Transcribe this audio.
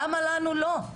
למה לנו לא?